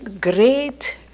great